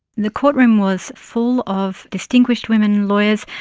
the courtroom was full of distinguished women lawyers,